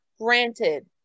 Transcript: granted